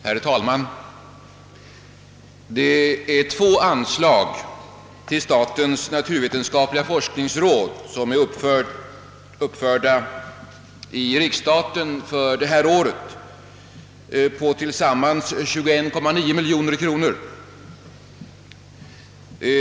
Herr talman! Två anslag till statens naturvetenskapliga forskningsråd på sammanlagt 21,9 miljoner kronor är uppförda i riksstaten för detta år.